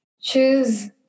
choose